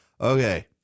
Okay